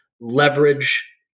leverage